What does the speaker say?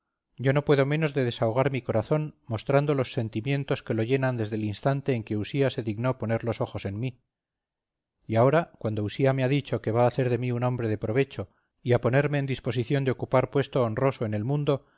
yo no puedo menos de desahogar mi corazón mostrando los sentimientos que lo llenan desde el instante en que usía se dignó poner los ojos en mí y ahora cuando usía me ha dicho que va a hacer de mí un hombre de provecho y a ponerme en disposición de ocupar puesto honroso en el mundo